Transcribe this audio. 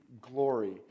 glory